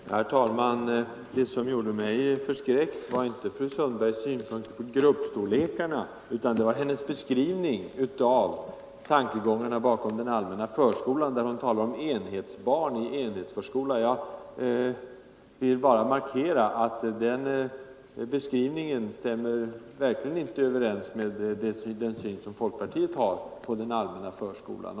Herr talman! Det som gjorde mig förskräckt var inte fru Sundbergs synpunkter på gruppstorlekarna, utan det var hennes beskrivning av tan kegångarna bakom den allmänna förskolan, när hon bl.a. talade om enhetsbarn i enhetsförskola. Jag vill bara markera att den beskrivningen inte stämmer med den syn folkpartiet har på den allmänna förskolan.